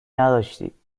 نداشتید